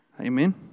Amen